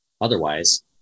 Otherwise